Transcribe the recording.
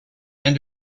end